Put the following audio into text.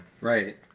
Right